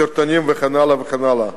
סרטונים וכן הלאה וכן הלאה.